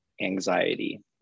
anxiety